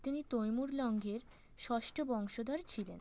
তিনি তৈমুর লঙের ষষ্ঠ বংশধর ছিলেন